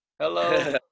Hello